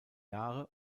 jahre